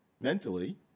mentally